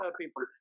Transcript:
people